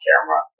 camera